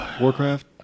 Warcraft